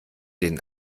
den